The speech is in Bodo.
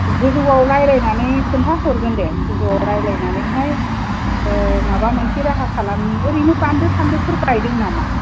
गोजौआव रायज्लायनानै खोन्था हरगोन दे गोजौआव रायज्लायनानै माबा मोनसे राहा खालामनि ओरैनो बान्दो थान्दोफोर बायदों नामा